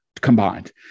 combined